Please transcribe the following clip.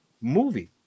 movie